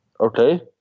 Okay